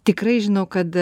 tikrai žinau kad